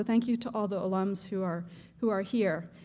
thank you to all the alums who are who are here.